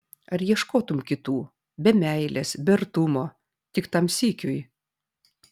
ar ieškotum kitų be meilės be artumo tik tam sykiui